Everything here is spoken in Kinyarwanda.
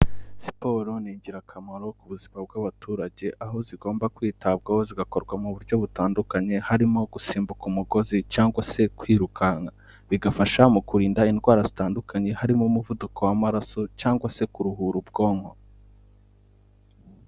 Siporo ni ingirakamaro ku buzima bw'abaturage aho zigomba kwitabwaho zigakorwa mu buryo butandukanye, harimo gusimbuka umugozi cyangwa se kwirukanka, bigafasha mu kurinda indwara zitandukanye harimo umuvuduko w'amaraso cyangwa se kuruhura ubwonko.